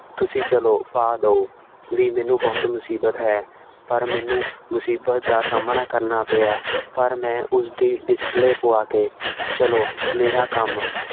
ਤੁਸੀਂ ਚਲੋ ਪਾ ਦਿਓ ਵੀ ਮੈਨੂੰ ਬਹੁਤ ਮੁਸੀਬਤ ਹੈ ਪਰ ਮੈਨੂੰ ਮੁਸੀਬਤ ਦਾ ਸਾਹਮਣਾ ਕਰਨਾ ਪਿਆ ਪਰ ਮੈਂ ਉਸਦੀ ਡਿਸਪਲੇਅ ਪਵਾ ਕੇ ਚਲੋ ਮੇਰਾ ਕੰਮ